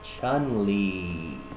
Chun-Li